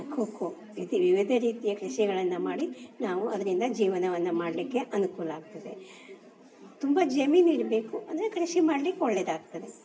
ಕೊಕ್ಕೋ ಇದು ವಿವಿಧ ರೀತಿಯ ಕೃಷಿಗಳನ್ನು ಮಾಡಿ ನಾವು ಅದರಿಂದ ಜೀವನವನ್ನು ಮಾಡಲಿಕ್ಕೆ ಅನುಕೂಲ ಆಗ್ತದೆ ತುಂಬ ಜಮೀನು ಇರಬೇಕು ಅಂದರೆ ಕೃಷಿ ಮಾಡ್ಲಿಕ್ಕೆ ಒಳ್ಳೆಯದಾಗ್ತದೆ